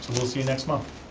we'll see you next month.